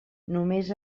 només